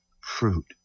fruit